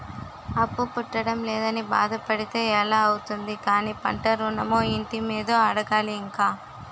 అప్పు పుట్టడం లేదని బాధ పడితే ఎలా అవుతుంది కానీ పంట ఋణమో, ఇంటి మీదో అడగాలి ఇంక